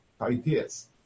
ideas